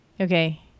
okay